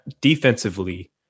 defensively